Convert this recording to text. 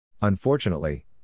Unfortunately